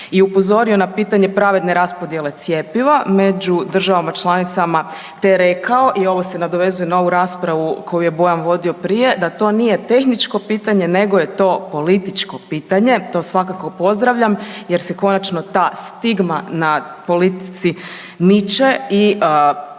i upozorio na pitanje pravedne raspodjele cjepiva među državama članicama te rekao i ovo se nadovezuje na ovu raspravu koju je Bojan vodio prije da to nije tehničko pitanje nego je to političko pitanje. To svakako pozdravljam, jer se konačno ta stigma na politici miče i